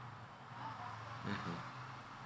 mmhmm